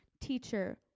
Teacher